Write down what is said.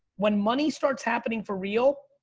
when money starts happening for real,